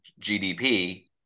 GDP